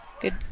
Good